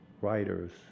writers